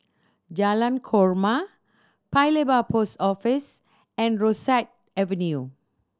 Jalan Korma Paya Lebar Post Office and Rosyth Avenue